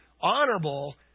honorable